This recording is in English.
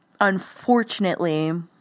unfortunately